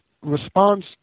response